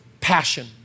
passion